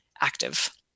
active